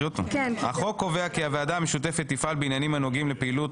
החוק קובע כי הוועדה המשותפת תפעל בעניינים הנוגעים לפעילות